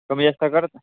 कमीजास्त करता